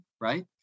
Right